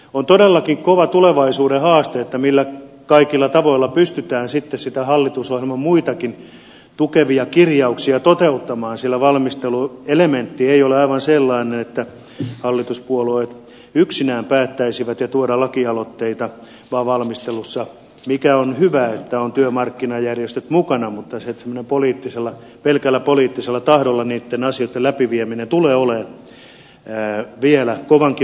on todellakin kova tulevaisuuden haaste millä kaikilla tavoilla pystytään sitten niitä hallitusohjelman muitakin tukevia kirjauksia toteuttamaan sillä valmisteluelementti ei ole aivan sellainen että hallituspuolueet yksinään päättäisivät ja toisivat lakialoitteita vaan valmistelussa on hyvä että ovat työmarkkinajärjestöt mukana mutta pelkällä poliittisella tahdolla niitten asioitten läpivieminen tulee olemaan vielä kovankin vääntämisen takana